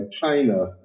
China